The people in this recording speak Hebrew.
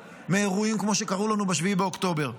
מאירועים כמו שקרו לנו ב-7 באוקטובר.